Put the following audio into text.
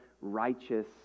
righteous